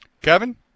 Kevin